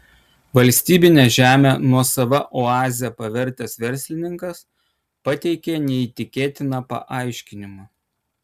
valstybinę žemę nuosava oaze pavertęs verslininkas pateikė neįtikėtiną paaiškinimą